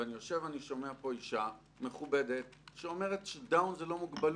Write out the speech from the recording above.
ואני יושב ושומע פה אישה מכובדת שאומרת שדאון זה לא מוגבלות.